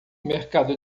mercado